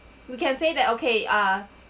you can say that okay ah